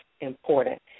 important